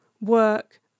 work